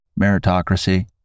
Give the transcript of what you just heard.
meritocracy